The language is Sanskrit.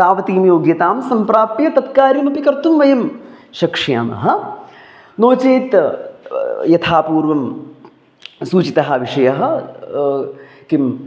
तावतीं योग्यतां सम्प्राप्य तत्कार्यमपि कर्तुं वयं शक्ष्यामः नो चेत् यथा पूर्वं सूचितः विषयः किम्